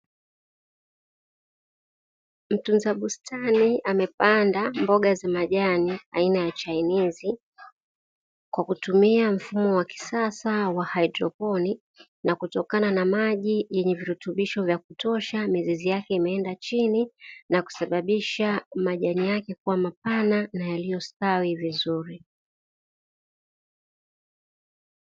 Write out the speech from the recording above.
Mtunza bustani amepanda mboga za majani aina ya chainizi, kwa kutumia mfumo wa kisasa wa haidroponi, na kutokana na maji yenye virutubisho vya kutosha, mizizi yake imeenda chini na kusababisha majani yake kuwa mapana na yaliyostawi vizuri.